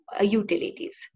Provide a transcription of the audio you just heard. utilities